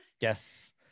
yes